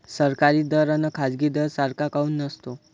सरकारी दर अन खाजगी दर सारखा काऊन नसतो?